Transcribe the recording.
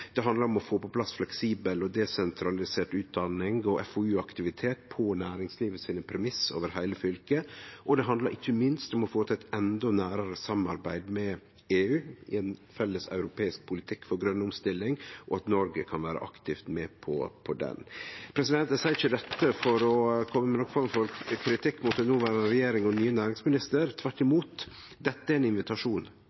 Det handlar om å få på plass fleksibel og desentralisert utdanning og FoU-aktivitet på næringslivets premissar over heile fylket, og det handlar ikkje minst om å få til eit endå nærare samarbeid med EU i ein felles europeisk politikk for grøn omstilling, og at Noreg kan vere aktivt med på den. Eg seier ikkje dette for å kome med noka form for kritikk mot den noverande regjeringa og den nye næringsministeren. Tvert